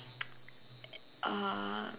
uh